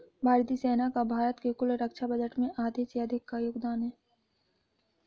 भारतीय सेना का भारत के कुल रक्षा बजट में आधे से अधिक का योगदान है